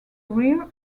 rear